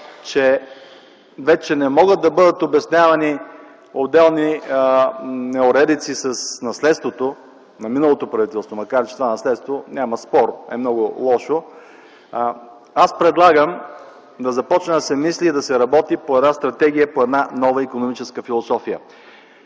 че вече не могат да бъдат обяснявани отделни неуредици с наследството на миналото правителство, макар да няма спор, че това наследство е много лошо, аз предлагам да започне да се мисли и работи по една стратегия, по една нова икономическа философия.